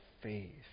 faith